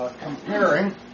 comparing